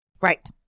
Right